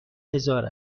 هزار